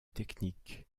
technique